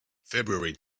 february